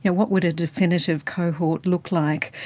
yeah what would a definitive cohort look like?